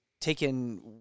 taken